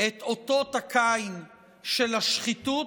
את אותות הקין של השחיתות,